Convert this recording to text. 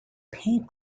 paint